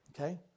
okay